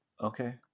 Okay